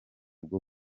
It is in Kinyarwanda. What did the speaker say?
bwo